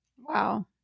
Wow